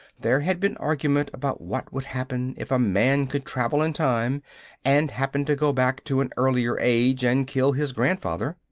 there had been argument about what would happen if a man could travel in time and happened to go back to an earlier age and kill his grandfather.